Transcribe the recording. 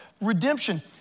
redemption